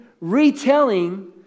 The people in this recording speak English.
retelling